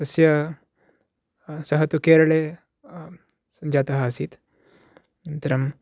तस्य सः तु केरले सञ्जातः आसीत् अनन्तरं